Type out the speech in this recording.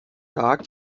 tak